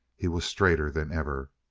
he was straighter than ever.